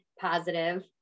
positive